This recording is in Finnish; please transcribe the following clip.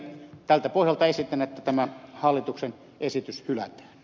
tältä pohjalta esitän että tämä hallituksen esitys hylätään